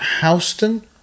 Houston